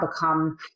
become